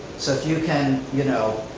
so if you can you know